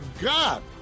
God